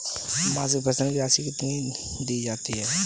मासिक पेंशन की राशि कितनी दी जाती है?